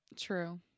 True